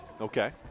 okay